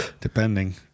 depending